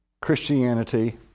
Christianity